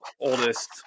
oldest